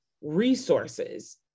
resources